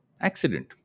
accident